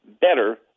better